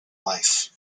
life